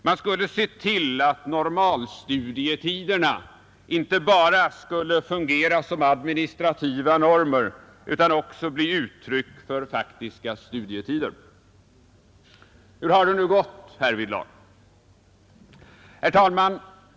Man skulle se till att normalstudietiderna inte bara fungerade som administrativa normer utan också blev uttryck för faktiska studietider. Hur har det nu gått härvidlag? Herr talman!